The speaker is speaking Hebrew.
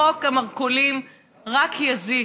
חוק המרכולים רק יזיק.